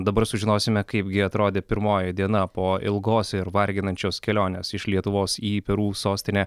dabar sužinosime kaipgi atrodė pirmoji diena po ilgos ir varginančios kelionės iš lietuvos į perų sostinę